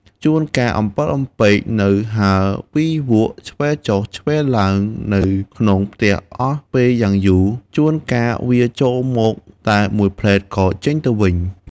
ជួនកាលអំពិលអំពែកនៅហើរវីវក់ឆ្វែលចុះឆ្វែលឡើងនៅក្នុងផ្ទះអស់ពេលយ៉ាងយូរ ជួនកាលវាចូលមកតែមួយភ្លែតក៏ចេញទៅវិញ។